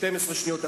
12 שניות.